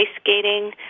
skating